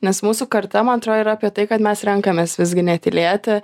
nes mūsų karta man atrodo yra apie tai kad mes renkamės visgi netylėti